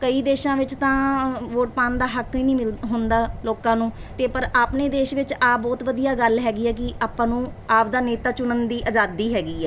ਕਈ ਦੇਸ਼ਾਂ ਵਿੱਚ ਤਾਂ ਵੋਟ ਪਾਉਣ ਦਾ ਹੱਕ ਹੀ ਨਹੀਂ ਮਿਲ ਹੁੰਦਾ ਲੋਕਾਂ ਨੂੰ ਅਤੇ ਪਰ ਆਪਣੇ ਦੇਸ਼ ਵਿੱਚ ਆ ਬਹੁਤ ਵਧੀਆ ਗੱਲ ਹੈਗੀ ਹੈ ਕਿ ਆਪਾਂ ਨੂੰ ਆਪ ਦਾ ਨੇਤਾ ਚੁਣਨ ਦੀ ਆਜ਼ਾਦੀ ਹੈਗੀ ਹੈ